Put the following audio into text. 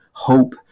Hope